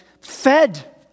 fed